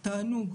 תענוג.